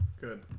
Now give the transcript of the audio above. Good